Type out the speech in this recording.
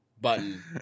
button